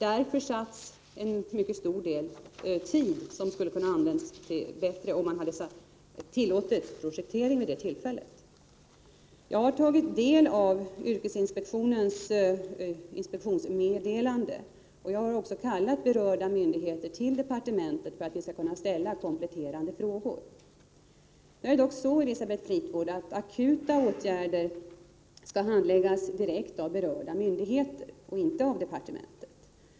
Där försatts mycken tid, som hade kunnat användas bättre om man hade tillåtit projektering vid det tillfället. Jag har tagit del av yrkesinspektionens inspektionsmeddelande, och jag har också kallat berörda myndigheter till departementet för att vi skall kunna ställa kompletterande frågor. Det är dock så, Elisabeth Fleetwood, att akuta åtgärder skall handläggas direkt av berörda myndigheter och inte av departementet.